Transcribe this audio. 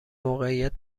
موقعیت